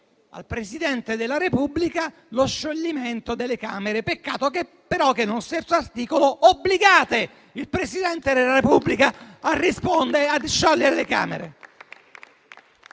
al Presidente della Repubblica lo scioglimento delle Camere. Peccato però che nello stesso articolo obblighiate il Presidente della Repubblica a rispondere e a sciogliere le Camere.